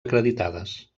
acreditades